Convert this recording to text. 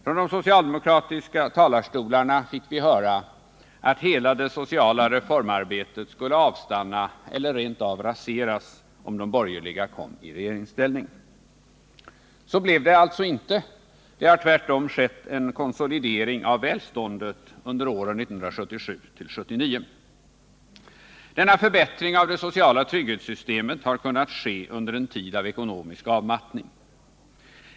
Från de socialdemokratiska talarstolarna fick vi höra att hela det sociala reformarbetet skulle avstanna eller rent av raseras om de borgerliga kom i regeringsställning. Så blev de alltså inte. Det har tvärtom skett en konsolidering av välståndet under åren 1977-1979. Denna förbättring av det sociala trygghetssystemet har kunnat ske under en tid av ekonomisk avmattning.